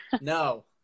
No